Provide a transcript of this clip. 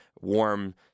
warm